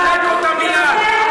ולסלק אותם מייד,